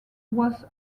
was